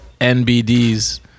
NBDs